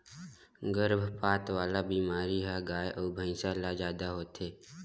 गरभपात वाला बेमारी ह गाय अउ भइसी ल जादा होथे